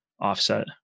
offset